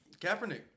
Kaepernick